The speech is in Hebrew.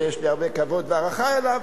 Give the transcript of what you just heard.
שיש לי הרבה כבוד והערכה אליו,